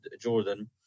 Jordan